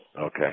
Okay